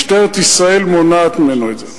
משטרת ישראל מונעת ממנו את זה.